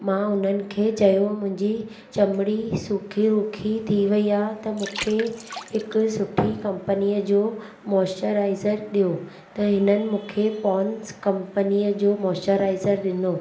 मां उन्हनि खे चयो मुंहिंजी चमड़ी सुखी रुखी थी वई आहे त मूंखे हिकु सुठी कंपनीअ जो मॉइस्चराइज़र ॾियो त हिननि मूंखे पोंड्स कंपनीअ जो मॉइस्चराइज़र ॾिनो